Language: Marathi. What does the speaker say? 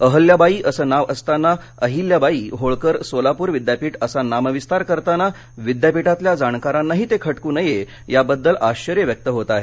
अहल्याबाई असं नाव असताना अहिल्याबाई होळकर सोलापूर विद्यापीठ असा नामविस्तार करताना विद्यापीठातल्या जाणकारांनाही ते खटकू नये या बद्दल आश्वर्य व्यक्त होत आहे